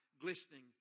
glistening